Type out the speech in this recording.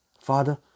Father